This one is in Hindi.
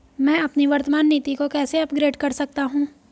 मैं अपनी वर्तमान नीति को कैसे अपग्रेड कर सकता हूँ?